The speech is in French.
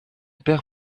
père